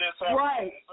Right